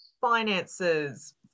finances